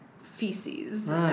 feces